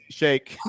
shake